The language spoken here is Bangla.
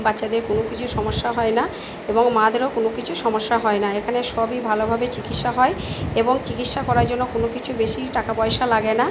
বাচ্চাদের কোনো কিছু সমস্যা হয় না এবং মাদেরও কোনো কিছু সমস্যা হয় না এখানে সবই ভালোভাবে চিকিৎসা হয় এবং চিকিৎসা করার জন্য কোনো কিছু বেশি টাকা পয়সা লাগে না